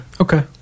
Okay